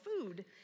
food